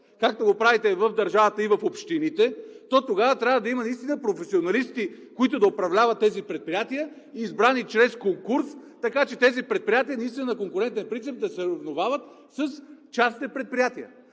както го правите и в държавата, и в общините, то тогава трябва да има наистина професионалисти, които да управляват тези предприятия, избрани чрез конкурс, така че тези предприятия наистина на конкурентен принцип да се съревновават с частните предприятия.